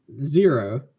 zero